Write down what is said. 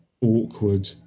awkward